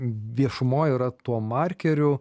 viešumoj yra tuo markeriu